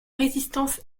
résistance